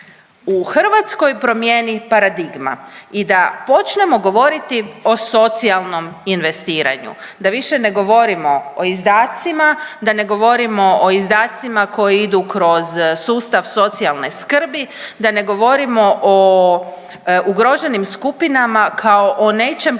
u Hrvatskoj promijeni paradigma i da počnemo govoriti o socijalnom investiranju, da više ne govorimo o izdacima, da ne govorimo o izdacima koji idu kroz sustav socijalne skrbi, da ne govorimo o ugroženim skupinama kao o nečem